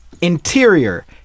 Interior